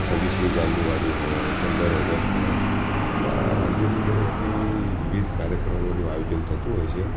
છવ્વીસમી જાન્યુઆરી હોય પંદર ઓગસ્ટ હોય એમાં રાજ્યની તરફથી વિવિધ કાર્યક્રમોનું આયોજન થતું હોય છે